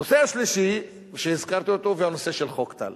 הנושא השלישי שהזכרתי הוא הנושא של חוק טל,